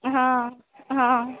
हां हां